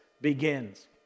begins